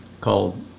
called